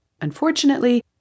Unfortunately